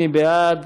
מי בעד?